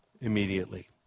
immediately